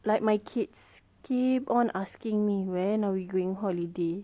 like my kids keep on asking me when are we going holiday